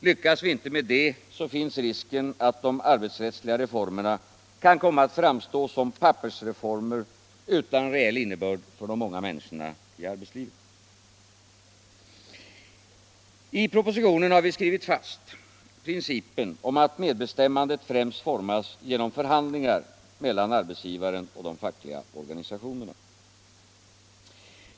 Lyckas vi inte med det, finns risken att de arbetsrättsliga reformerna kan komma att framstå som pappersreformer utan reell innebörd för de många människorna i arbetslivet. I propositionen har vi skrivit fast principen om att medbestämmandet främst formas genom förhandlingar mellan arbetsgivare och de fackliga organisationerna.